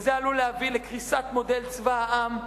וזה עלול להביא לקריסת מודל צבא העם,